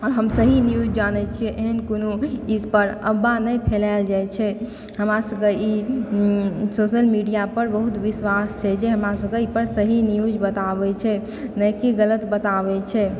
आओर हम सही न्यूज जानै छियै एहन कोनो इस पर अपबाह नहि फैलायल जाइ छै हमरा सभके ई सोशल मीडिया पर बहुत विश्वास छै जे हमरा सभक एहि पर सही न्यूज बताबै छै नहि की गलत बताबै छै